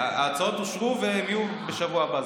ההצעות אושרו והן יהיו בשבוע הבא.